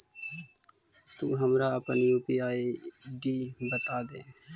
तु हमरा अपन यू.पी.आई आई.डी बतादे